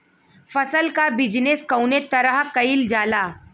फसल क बिजनेस कउने तरह कईल जाला?